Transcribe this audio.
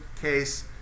case